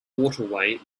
waterway